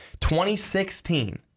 2016